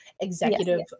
Executive